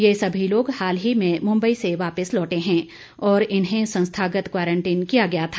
ये सभी लोग हाल ही में मुंबई से लौटे हैं और इन्हें संस्थागत क्वारंटीन किया गया था